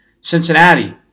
Cincinnati